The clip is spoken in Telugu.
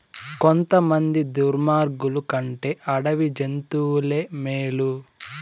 కొంతమంది దుర్మార్గులు కంటే అడవి జంతువులే మేలు